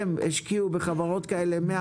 הם השקיעו בחברות כאלה 100,